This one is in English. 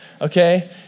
Okay